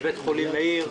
בבית חולים מאיר.